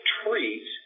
treat